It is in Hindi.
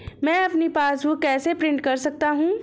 मैं अपनी पासबुक कैसे प्रिंट कर सकता हूँ?